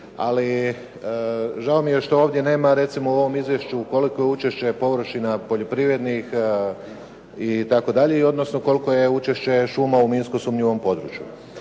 Ali žao mi je što ovdje nema recimo u ovom izvješću koliko je učešće površina poljoprivrednih itd., i odnosno koliko je učešće šuma u minsko sumnjivom području.